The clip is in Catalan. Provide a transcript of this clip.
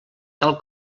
tal